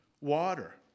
water